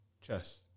Chess